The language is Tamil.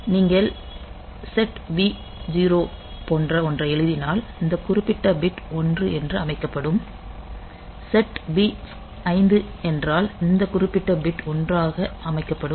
நீங்கள் SETB 0 போன்ற ஒன்றை எழுதினால் இந்த குறிப்பிட்ட பிட் 1 என அமைக்கப்படும் SETB 5 என்றால் இந்த குறிப்பிட்ட பிட் 1 ஆக அமைக்கப்படும்